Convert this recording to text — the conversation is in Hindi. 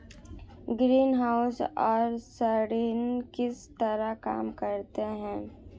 ग्रीनहाउस सौर सरणी किस तरह काम करते हैं